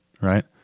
right